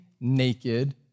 naked